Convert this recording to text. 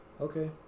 Okay